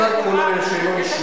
בכלל קולו לא נשמע.